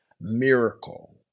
miracle